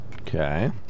Okay